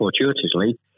fortuitously